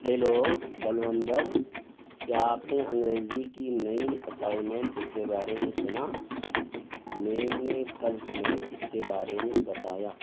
hello بلوندر کیا آپ نے انگریزی کی نئی اسائنمنٹ کے بارے میں سنا میم نے کل ہمیں اس کے بارے میں بتایا